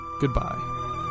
goodbye